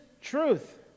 truth